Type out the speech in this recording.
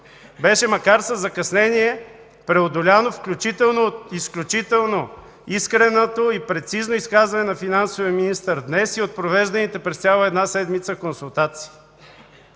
беше макар със закъснение преодолян, включително от изключително искреното и прецизно изказване на финансовия министър днес, и от провежданите цяла седмица консултации.